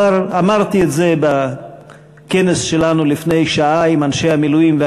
כבר אמרתי את זה בכנס שלנו עם אנשי המילואים לפני שעה,